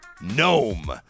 Gnome